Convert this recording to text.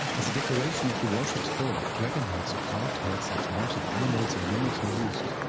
as a decoration of the warship's bow, dragonheads or carved heads in forms of animals or humans were used.